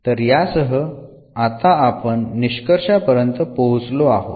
तर यासह आता आपण निष्कर्षापर्यंत पोहोचलो आहोत